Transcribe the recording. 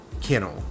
kennel